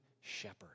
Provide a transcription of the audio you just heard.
shepherd